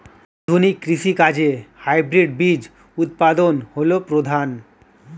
আধুনিক কৃষি কাজে হাইব্রিড বীজ উৎপাদন হল প্রধান